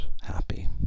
happy